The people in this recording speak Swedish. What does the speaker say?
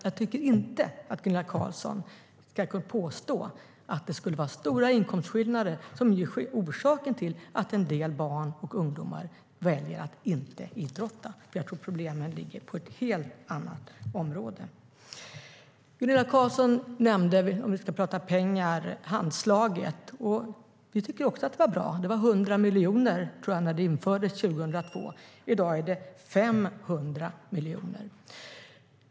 Jag tycker inte att Gunilla Carlsson ska påstå att stora inkomstskillnader skulle vara orsaken till att en del barn och ungdomar väljer att inte idrotta. Jag tror nämligen att problemen ligger på ett helt annat område. Om vi ska tala om pengar nämnde Gunilla Carlsson Handslaget. Vi tycker också att det var bra. Det var 100 miljoner, tror jag, när det infördes 2002. I dag är det 500 miljoner.